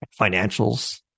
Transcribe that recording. financials